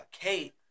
Kate